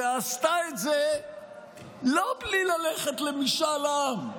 ועשתה את זה לא בלי ללכת למשאל עם,